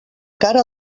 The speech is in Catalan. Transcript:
cara